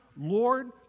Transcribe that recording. Lord